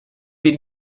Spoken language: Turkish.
bir